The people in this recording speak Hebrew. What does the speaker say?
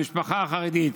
המשפחה החרדית.